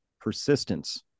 persistence